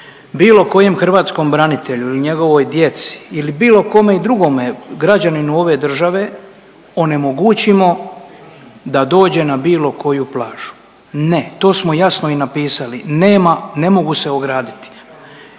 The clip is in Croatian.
bilo kojem hrvatskom branitelju ili njegovoj djeci ili bilo kome i drugome građaninu ove države onemogućimo da dođe na bilo koju plažu. Ne, to smo jasno i napisali – ne mogu se ograditi.